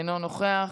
אינו נוכח,